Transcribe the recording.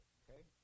okay